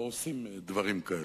לא עושים דברים כאלה.